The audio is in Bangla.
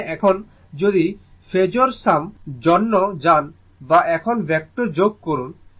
তার মানে এখন যদি ফেজোর যোগের জন্য যান বা এখন ভেক্টর যোগ করুন